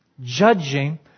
judging